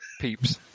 peeps